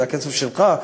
זה הכסף שלך?